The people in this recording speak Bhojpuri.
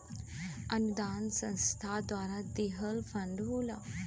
अनुदान संस्था द्वारा दिहल फण्ड होला